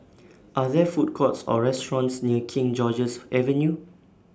Are There Food Courts Or restaurants near King George's Avenue